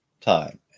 time